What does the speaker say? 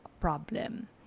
problem